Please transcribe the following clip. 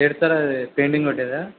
ఏది సార్ అది పెయింటింగ్ కొట్టేదా